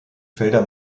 felder